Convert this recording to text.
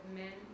men